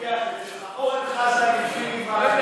אורן חזן הביא לי מים,